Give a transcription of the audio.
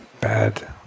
bad